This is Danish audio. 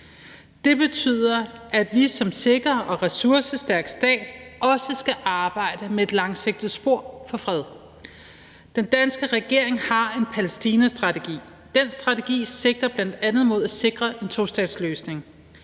Det betyder, at vi som sikker og ressourcestærkt stat også skal arbejde med et langsigtet spor for fred. Den danske regering har en palæstinastrategi. Den strategi sigter bl.a. mod at sikre en tostatsløsning.